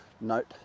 note